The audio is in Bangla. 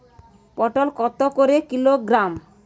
পটল কত করে কিলোগ্রাম?